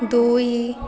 ଦୁଇ